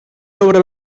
sobre